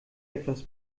etwas